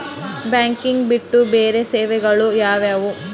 Banking ಬಿಟ್ಟು ಬೇರೆ ಸೇವೆಗಳು ಯಾವುವು?